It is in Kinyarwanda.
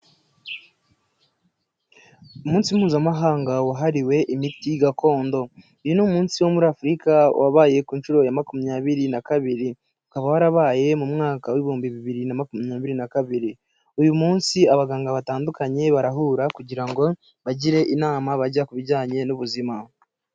Umunsi mpuzamahanga wahariwe imiti gakondo, uyu ni umunsi wo muri afurika wabaye ku nshuro ya makumyabiri na kabiri, ukaba warabaye mu mwaka w'ibihumbi bibiri na makumyabiri na kabiri, uyu munsi abaganga batandukanye barahura kugira ngo bagire inama bajya ku bijyanye n'ubuzima.